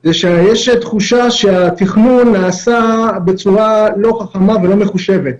זה שיש תחושה שהתכנון נעשה בצורה לא חכמה ולא מחושבת.